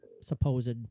supposed